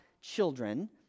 children